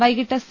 വൈകിട്ട് സി